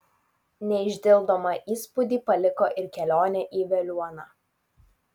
neišdildomą įspūdį paliko ir kelionė į veliuoną